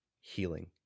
healing